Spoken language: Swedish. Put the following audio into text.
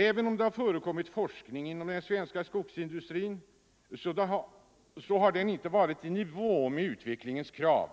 Även om det har förekommit forskning inom den svenska skogsindustrin har den inte varit i nivå med utvecklingens krav;